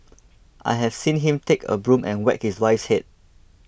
I have seen him take a broom and whack his wife's head